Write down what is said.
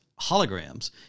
holograms